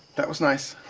that was nice.